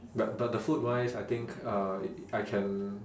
but but the food wise I think uh I can